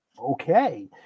Okay